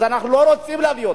אז אנחנו לא רוצים להביא אותם.